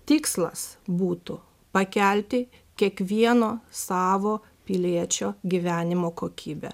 tikslas būtų pakelti kiekvieno savo piliečio gyvenimo kokybę